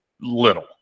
little